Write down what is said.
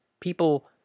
people